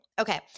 Okay